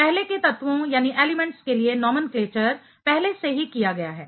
पहले के तत्वों के लिए नोमेनक्लेचर पहले से ही किया गया है